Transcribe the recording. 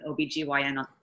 OBGYN